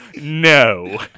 No